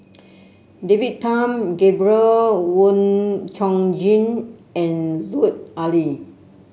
David Tham Gabriel Oon Chong Jin and Lut Ali